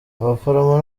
abaforomo